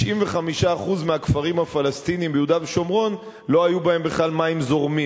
95% מהכפרים הפלסטיניים ביהודה ושומרון לא היו בהם בכלל מים זורמים.